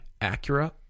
Acura